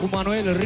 Manuel